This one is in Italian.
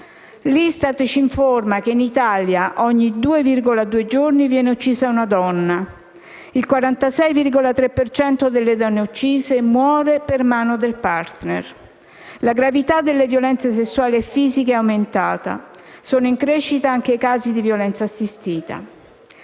L'ISTAT ci informa che in Italia ogni 2,2 giorni viene uccisa una donna. Il 46,3 per cento delle donne uccise muore per mano del *partner*. La gravità delle violenze sessuali e fisiche è aumentata. Sono in crescita anche i casi di violenza assistita.